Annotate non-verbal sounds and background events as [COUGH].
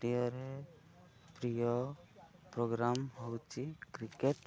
[UNINTELLIGIBLE] ପ୍ରିୟ programme ହେଉଛି cricket